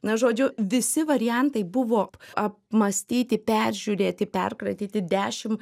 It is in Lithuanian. na žodžiu visi variantai buvo apmąstyti peržiūrėti perkratyti dešimt